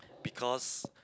because